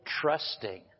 trusting